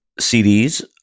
CDs